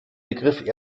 begriff